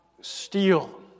steal